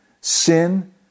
sin